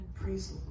Praise